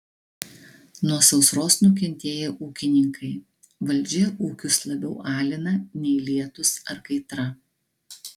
nuo sausros nukentėję ūkininkai valdžia ūkius labiau alina nei lietūs ar kaitra